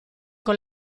con